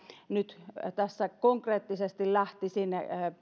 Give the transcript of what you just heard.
nyt konkreettisesti lähtisin